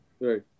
Right